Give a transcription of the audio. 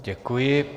Děkuji.